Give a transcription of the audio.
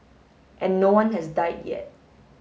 and no one has died yet